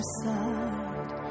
side